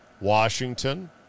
Washington